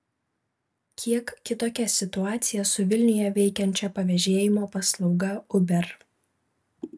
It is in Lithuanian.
kiek kitokia situacija su vilniuje veikiančia pavežėjimo paslauga uber